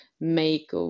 make